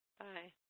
bye